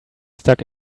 stuck